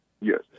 Yes